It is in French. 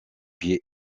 pieds